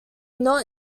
not